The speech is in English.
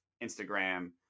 Instagram